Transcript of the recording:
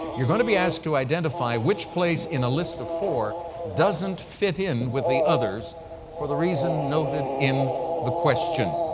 you're going to be asked to identify which place in the list of four doesn't fit in with the others for the reason noted in the question.